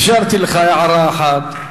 אפשרתי לך הערה אחת,